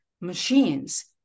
machines